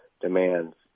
demands